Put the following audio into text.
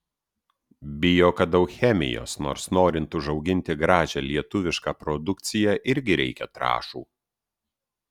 bijo kad daug chemijos nors norint užauginti gražią lietuvišką produkciją irgi reikia trąšų